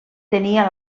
tenia